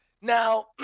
Now